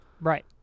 Right